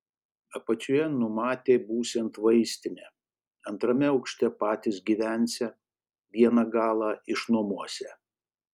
apačioje numatė būsiant vaistinę antrame aukšte patys gyvensią vieną galą išnuomosią